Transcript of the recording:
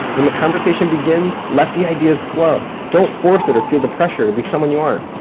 when the conversation begins, let the ideas flow. don't force it or feel the pressure to be someone you aren't.